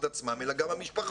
בתיאטראות עצמם אלא גם המשפחות,